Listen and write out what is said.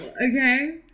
okay